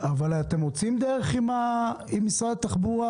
עם משרד התחבורה,